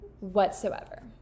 whatsoever